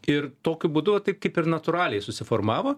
ir tokiu būdu va taip kaip ir natūraliai susiformavo